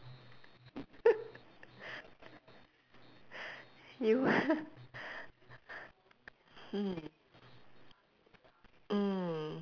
you mm mm